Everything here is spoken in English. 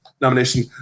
nomination